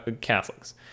Catholics